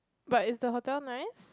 but is the hotel nice